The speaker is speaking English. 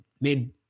made